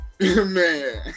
man